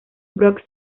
brock